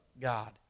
God